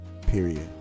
Period